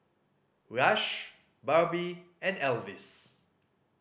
Rush Barbie and Alvis